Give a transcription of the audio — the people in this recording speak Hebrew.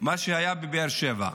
מה שהיה בבאר שבע.